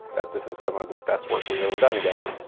that this is some of the best work we've ever done together,